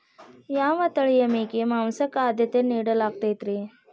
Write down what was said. ಯಾವ ತಳಿಯ ಮೇಕೆ ಮಾಂಸಕ್ಕ, ಆದ್ಯತೆ ನೇಡಲಾಗತೈತ್ರಿ?